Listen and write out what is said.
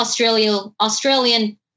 Australian